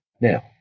Now